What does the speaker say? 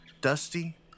dusty